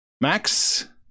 Max